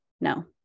no